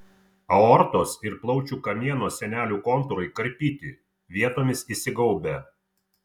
aortos ir plaučių kamieno sienelių kontūrai karpyti vietomis įsigaubę